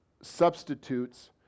substitutes